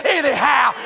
anyhow